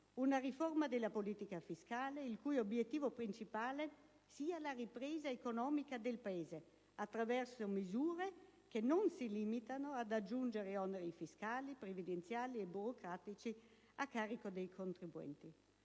una riforma della politica fiscale, il cui obiettivo principale sia la ripresa economica del Paese attraverso misure che non si limitino ad aggiungere oneri fiscali, previdenziali e burocratici a carico dei contribuenti.